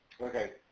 okay